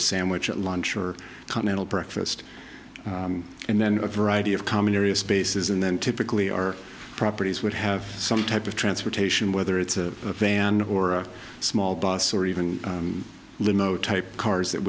a sandwich at lunch or continental breakfast and then a variety of common area spaces and then typically our properties would have some type of transportation whether it's a van or small bus or even linotype cars that